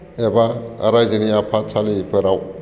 एबा रायजोनि आफादसालिफोराव